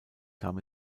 kam